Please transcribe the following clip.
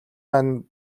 маань